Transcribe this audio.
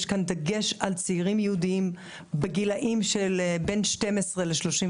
יש כאן דגש על צעירים יהודים בגילאים שבין 12 ל-35.